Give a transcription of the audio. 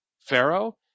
Pharaoh